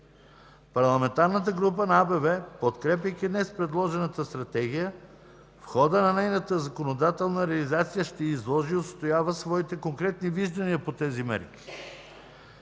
Парламентарната група на АБВ, подкрепяйки днес предложената Стратегия, в хода на нейната законодателна реализация ще изложи и отстоява своите конкретни виждания по тези мерки,